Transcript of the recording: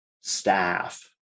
staff